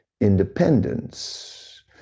independence